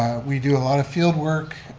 we do a lot of field work,